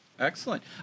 Excellent